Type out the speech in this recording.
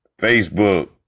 Facebook